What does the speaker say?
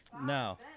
No